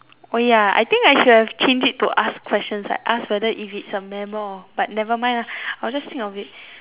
oh ya I think I should have changed it to ask questions like ask whether if it's a mammal or but never mind lah I'll just think of it